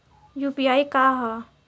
UPI का ह?